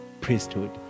priesthood